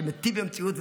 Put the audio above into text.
שמיטיב עם המציאות,